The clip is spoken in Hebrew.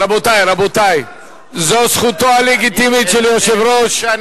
רבותי, זו זכותו הלגיטימית של היושב-ראש.